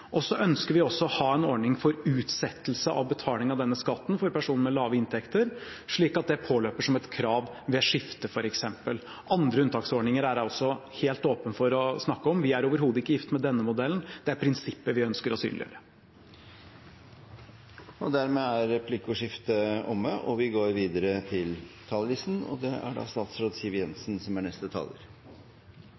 Norge. Så ønsker vi også å ha en ordning for utsettelse av betaling av denne skatten for personer med lave inntekter, slik at det påløper som et krav ved skifte, f.eks. Andre unntaksordninger er jeg også helt åpen for å snakke om. Vi er overhodet ikke gift med denne modellen; det er prinsippet vi ønsker å synliggjøre. Replikkordskiftet er omme. Fallet i oljeprisen har bidratt til at norsk økonomi nå er inne i en lavkonjunktur. Veksten i fastlandsøkonomien har avtatt, og mange opplever utrygghet for jobbene sine. Det er